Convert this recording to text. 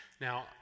Now